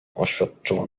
oświadczyła